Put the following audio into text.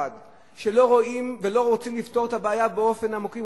שלא רואים ולא רוצים לפתור את הבעיה באופן עמוק.